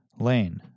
Lane